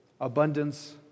abundance